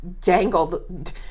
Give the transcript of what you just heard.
dangled